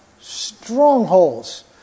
strongholds